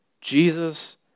Jesus